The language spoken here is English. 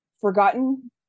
forgotten